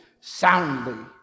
soundly